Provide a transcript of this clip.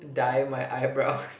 dye my eyebrows